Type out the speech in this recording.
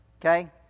okay